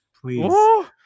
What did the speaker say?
please